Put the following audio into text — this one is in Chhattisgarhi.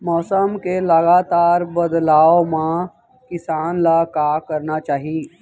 मौसम के लगातार बदलाव मा किसान ला का करना चाही?